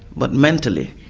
but mentally.